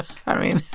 i mean.